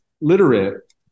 literate